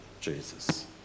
Jesus